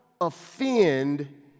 offend